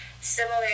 similar